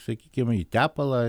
sakykim į tepalą